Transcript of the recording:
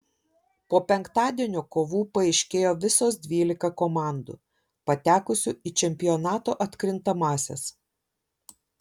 po penktadienio kovų paaiškėjo visos dvylika komandų patekusių į čempionato atkrintamąsias